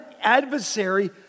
adversary